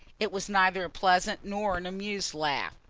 it was neither a pleasant nor an amused laugh.